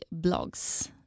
blogs